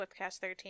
SwiftCast13